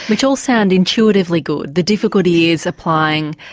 which all sound intuitively good, the difficulty is applying,